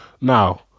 Now